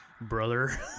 Brother